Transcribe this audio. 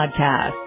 Podcast